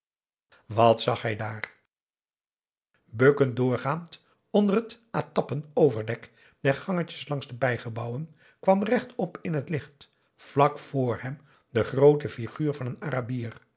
wat zag hij daar bukkend doorgaand onder het atappen overdek der gangetjes langs de bijgebouwen kwam rechtop in het licht vlak vr hem de groote figuur van een arabier